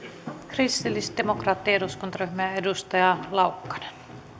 kristillisdemokraattien eduskuntaryhmä ja edustaja laukkanen olkaa hyvä